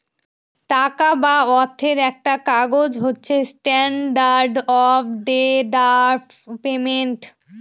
টাকা বা অর্থের একটা কাজ হচ্ছে স্ট্যান্ডার্ড অফ ডেফার্ড পেমেন্ট